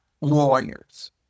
lawyers